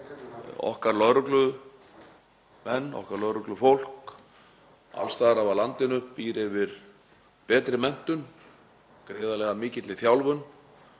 okkar lögreglumenn, okkar lögreglufólk, alls staðar að af landinu, búa yfir betri menntun, gríðarlega mikilli þjálfun